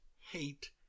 hate